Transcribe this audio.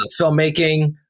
filmmaking